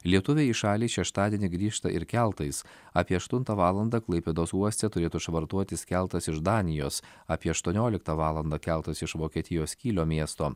lietuviai į šalį šeštadienį grįžta ir keltais apie aštuntą valandą klaipėdos uoste turėtų švartuotis keltas iš danijos apie aštuonioliktą valandą keltas iš vokietijos kylio miesto